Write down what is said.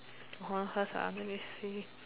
hold on first ah let me see